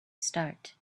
start